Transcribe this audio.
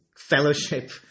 Fellowship